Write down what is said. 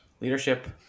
Leadership